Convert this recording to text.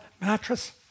mattress